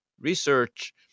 research